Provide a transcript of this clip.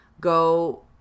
go